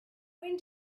when